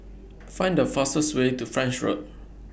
Find The fastest Way to French Road